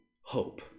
hope